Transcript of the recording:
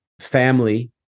family